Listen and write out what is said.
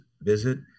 visit